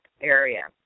area